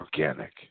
Organic